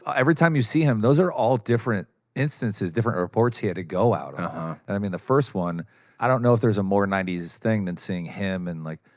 every time you see him, those are all different instances, different reports he had to go out on. and i mean, the first one i don't know if there's a more nineties thing than seeing him in like,